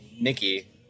Nikki